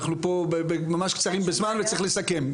אנחנו קצרים בזמן וצריך לסכם,